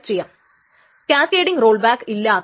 കാരണം Ti വായിച്ച മൂല്യം അത് വായിക്കാൻ പാടില്ലാത്തതായിരുന്നു